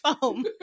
foam